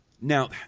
Now